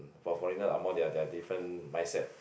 for foreigner Angmoh they're they're different mindset